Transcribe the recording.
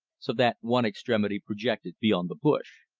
so that one extremity projected beyond the bush.